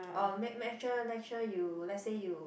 oh make make sure you let's say you